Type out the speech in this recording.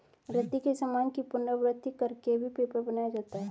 रद्दी के सामान की पुनरावृति कर के भी पेपर बनाया जाता है